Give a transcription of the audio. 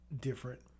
different